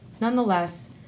Nonetheless